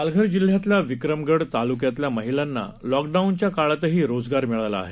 पालघर जिल्ह्यातल्या विक्रमगड तालुक्यातल्या महिलांना लॉकडाऊनच्या काळातही रोजगार मिळाला आहे